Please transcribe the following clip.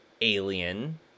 alien